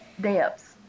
depths